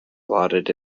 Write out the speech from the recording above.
lauded